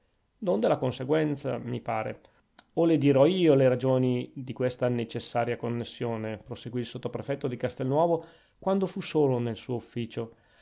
donde la conseguenza mi pare oh le dirò io le ragioni di questa necessaria connessione proseguì il sottoprefetto di castelnuovo quando fu solo nel suo ufficio